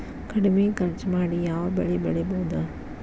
ಕಡಮಿ ಖರ್ಚ ಮಾಡಿ ಯಾವ್ ಬೆಳಿ ಬೆಳಿಬೋದ್?